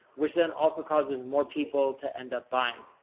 which then also causes more people to end up buying.